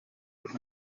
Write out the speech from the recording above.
would